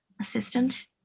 assistant